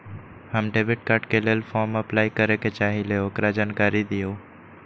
हम debit card के लेल फॉर्म अपलाई करे के चाहीं ल ओकर जानकारी दीउ?